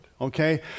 Okay